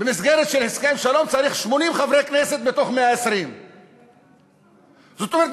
במסגרת של הסכם שלום צריך 80 חברי כנסת מתוך 120. זאת אומרת,